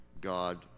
God